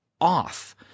off